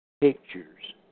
Pictures